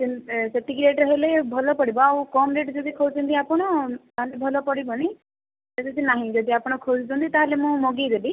ସେ ସେତିକି ରେଟରେ ହେଲେ ଭଲ ପଡ଼ିବ ଆଉ କମ୍ ରେଟ୍ ଯଦି କହୁଛନ୍ତି ଆପଣ ତାହେଲେ ଭଲ ପଡ଼ିବନି ସେଇଟାତ ନାହିଁ ଯଦି ଆପଣ ଖୋଜୁଛନ୍ତି ତାହେଲେ ମୁଁ ମଗେଇଦେବି